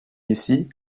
ici